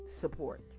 support